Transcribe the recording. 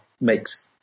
makes